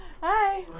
Hi